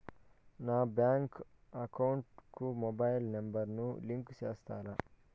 నా bank account కు mobile number ను లింకు చేస్తారా?